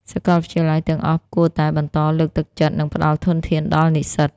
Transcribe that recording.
សាកលវិទ្យាល័យទាំងអស់គួរតែបន្តលើកទឹកចិត្ត និងផ្តល់ធនធានដល់និស្សិត។